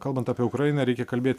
kalbant apie ukrainą reikia kalbėt